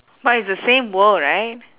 but it's the same world right